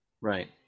Right